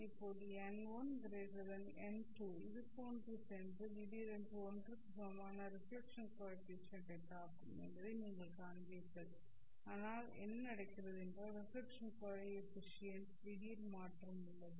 இப்போது n1 n2 இதுபோன்று சென்று திடீரென்று 1 க்கு சமமான ரெஃப்ளெக்க்ஷன் கோ எஃபிசியன்ட் ஐத் தாக்கும் என்பதை நீங்கள் காண்பீர்கள் ஆனால் என்ன நடக்கிறது என்றால் ரெஃப்ளெக்க்ஷன் கோ எஃபிசியன்ட் ல் திடீர் மாற்றம் உள்ளது